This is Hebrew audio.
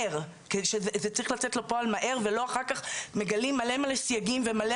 זה צריך לצאת לפועל מהר ולא אחר כך מגלים מלא סייגים ומלא